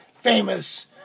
famous